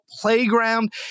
playground